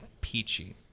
Peachy